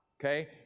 Okay